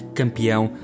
campeão